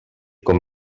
com